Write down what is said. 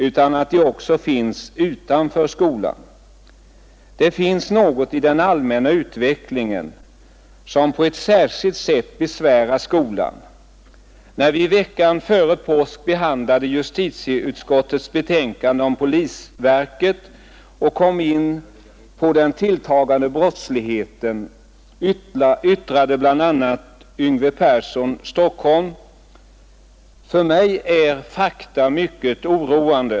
De finns också utanför skolan. Det finns något i den allmänna utvecklingen som på ett särskilt sätt besvärar skolan. När vi veckan före påsk behandlade justitieutskottets betänkande om polisverket och då debatterade den tilltagande brottsligheten yttrade herr Yngve Persson i Stockholm bl.a.: ”För mig är fakta mycket oroande.